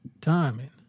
Timing